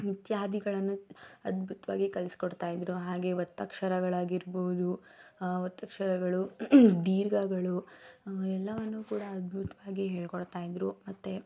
ಇತ್ಯಾದಿಗಳನ್ನು ಅದ್ಭುತವಾಗಿ ಕಲಿಸ್ಕೊಡ್ತಾ ಇದ್ದರು ಹಾಗೆಯೇ ಒತ್ತಕ್ಷರಗಳಾಗಿರ್ಬೋದು ಒತ್ತಕ್ಷರಗಳು ದೀರ್ಘಗಳು ಎಲ್ಲವನ್ನೂ ಕೂಡ ಅದ್ಭುತವಾಗಿ ಹೇಳಿಕೊಡ್ತಾ ಇದ್ದರು ಮತ್ತು